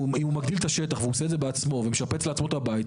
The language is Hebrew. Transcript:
אם הוא מגדיל את השטח והוא עושה את זה בעצמו ומשפץ לעצמו את הבית,